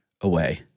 away